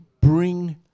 bring